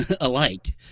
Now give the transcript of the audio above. alike